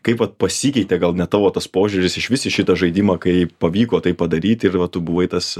kaip vat pasikeitė gal net tavo tas požiūris iš vis į šitą žaidimą kai pavyko tai padaryti ir va tu buvai tas